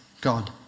God